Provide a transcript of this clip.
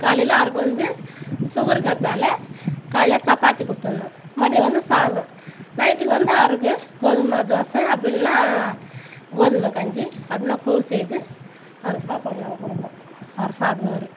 காலையில் அவருக்கு வந்து சுகர் இருக்கிறதால காலைல சப்பாத்தி கொடுத்துட்ணும் மதியம் வந்து சாதம் நைட்டுக்கு வந்து அவருக்கு கோதுமை தோசை அப்படி இல்லைனா கோதுமை கஞ்சி அப்படி இல்லைனா கூழ் செய்து அவருக்கு சாப்பாடு நாங்கள் கொடுப்போம் அவர் சாப்பிடுவாரு